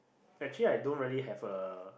actually I don't really have a